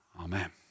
Amen